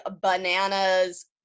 bananas